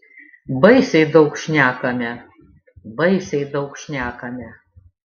baisiai daug šnekame baisiai daug šnekame